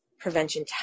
prevention